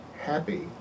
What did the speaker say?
happy